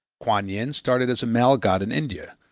kuan yin started as a male god in india,